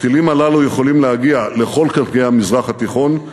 הטילים הללו יכולים להגיע לכל חלקי המזרח התיכון,